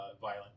violent